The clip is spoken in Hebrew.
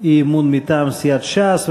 אי-אמון מטעם סיעת ש"ס,